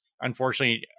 Unfortunately